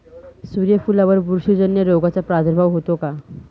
सूर्यफुलावर बुरशीजन्य रोगाचा प्रादुर्भाव होतो का?